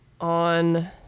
on